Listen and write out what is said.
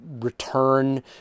return